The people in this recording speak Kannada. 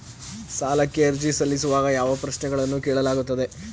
ಸಾಲಕ್ಕೆ ಅರ್ಜಿ ಸಲ್ಲಿಸುವಾಗ ಯಾವ ಪ್ರಶ್ನೆಗಳನ್ನು ಕೇಳಲಾಗುತ್ತದೆ?